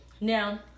Now